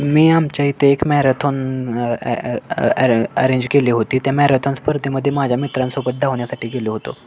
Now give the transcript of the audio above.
मी आमच्या इथे एक मॅरेथॉन अरे अरेंज केली होती त्या मॅरेथॉन स्पर्धेमध्ये माझ्या मित्रांसोबत धावण्यासाठी गेलो होतो